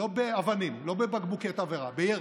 לא באבנים, לא בבקבוקי תבערה, בירי.